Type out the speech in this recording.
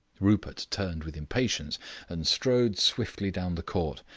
rupert turned with impatience and strode swiftly down the court,